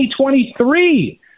2023